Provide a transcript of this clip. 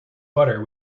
butter